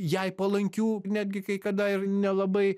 jai palankių netgi kai kada ir nelabai